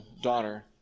daughter